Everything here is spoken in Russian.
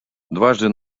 дважды